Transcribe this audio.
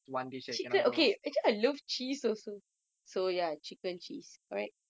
the one that okay actually I love cheese also so ya chicken cheese alright